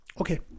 Okay